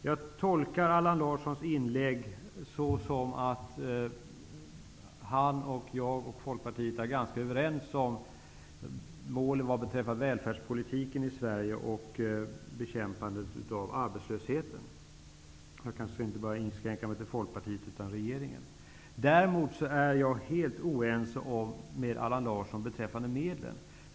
Jag tolkar Allan Larssons inlägg som att han och jag och Folkpartiet är ganska överens om målen vad beträffar välfärdspolitiken i Sverige och bekämpandet av arbetslösheten. Jag kanske inte bör inskränka mig till Folkpartiet utan säga regeringen. Däremot är jag helt oense med Allan Larsson beträffande medlen.